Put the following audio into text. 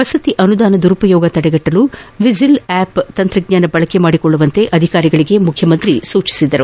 ವಸತಿ ಅನುದಾನ ದುರುಪಯೋಗ ತಡೆಗಟ್ಟಲು ವಿಜಿಲ್ ಆಪ್ ತಂತ್ರಾಂಶ ಬಳಕೆ ಮಾಡಿಕೊಳ್ಳುವಂತೆ ಅಧಿಕಾರಿಗಳಿಗೆ ಮುಖ್ಯಮಂತ್ರಿ ಸೂಚಿಸಿದರು